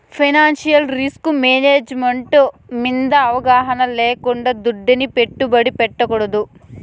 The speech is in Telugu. ఫైనాన్సియల్ రిస్కుమేనేజ్ మెంటు మింద అవగాహన లేకుండా దుడ్డుని పెట్టుబడి పెట్టకూడదు